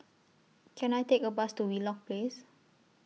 Can I Take A Bus to Wheelock Place